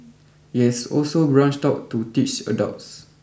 it has also branched out to teach adults